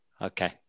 Okay